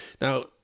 Now